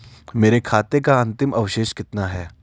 मेरे खाते का अंतिम अवशेष कितना है?